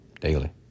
daily